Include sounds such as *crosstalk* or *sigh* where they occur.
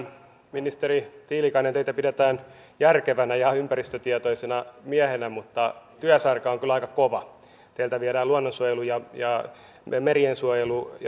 ministeri tiilikainen teitä pidetään järkevänä ja ympäristötietoisena miehenä mutta työsarka on kyllä aika kova teiltä viedään luonnonsuojelu ja ja meriensuojelu *unintelligible*